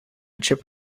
chip